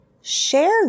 Share